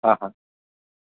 હા હા